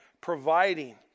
providing